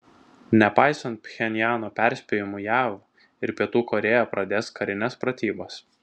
nepaisant pchenjano perspėjimų jav ir pietų korėja pradės karines pratybas